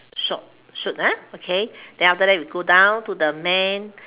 shot shoot ah okay then after that we go down to the man